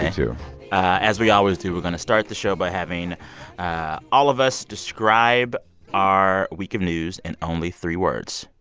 too as we always do, we're going to start the show by having all of us describe our week of news in only three words.